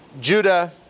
Judah